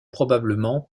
probablement